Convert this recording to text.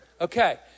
Okay